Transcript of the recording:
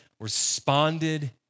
responded